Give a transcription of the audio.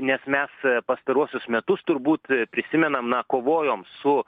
nes mes pastaruosius metus turbūt prisimenam na kovojom su